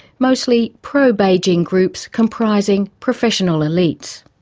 mostly pro-beijing groups comprising professional elites.